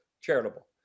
charitable